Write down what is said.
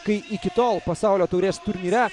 kai iki tol pasaulio taurės turnyre